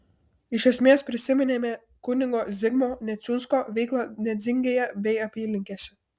iš esmės prisiminėme kunigo zigmo neciunsko veiklą nedzingėje bei apylinkėse